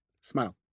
Smile